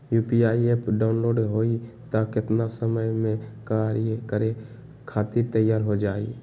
UPI app download होई त कितना समय मे कार्य करे खातीर तैयार हो जाई?